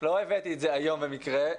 לא הבאתי את זה היום במקרה.